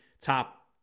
top